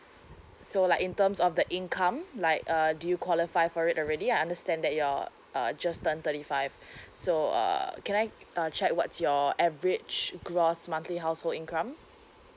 so like in terms of the income like uh do you qualify for it already I understand that you're uh just turned thirty five so uh can I uh check what's your average gross monthly household income